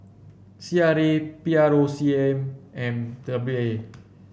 C R A P R O C M M W A